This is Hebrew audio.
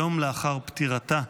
יום לאחר פטירתה,